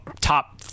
top